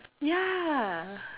ya